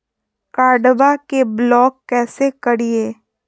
कार्डबा के ब्लॉक कैसे करिए?